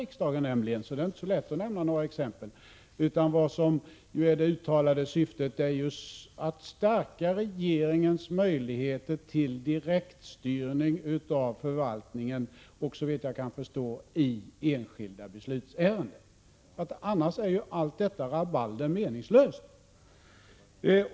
Riksdagen får inte det, så det är inte så lätt att nämna några sådana exempel. Det uttalade syftet är i stället att stärka regeringens möjligheter till direktstyrning av förvaltningen och, såvitt jag kan förstå, i enskilda beslutsärenden. Annars är allt detta rabalder meningslöst.